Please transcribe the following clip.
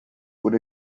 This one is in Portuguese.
por